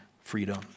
freedom